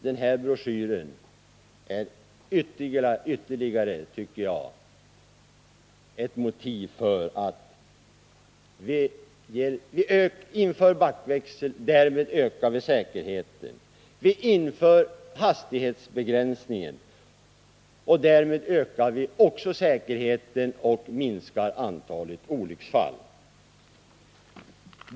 Den här broschyren är, tycker jag, ytterligare ett motiv för att införa backväxel och därmed öka säkerheten, för att införa hastighetsbegränsning och även därmed öka säkerheten och minska antalet olycksfall.